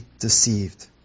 deceived